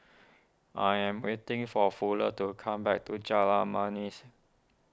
I am waiting for Fuller to come back to Jalan Manis